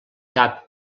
cap